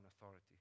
authority